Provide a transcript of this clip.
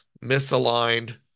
misaligned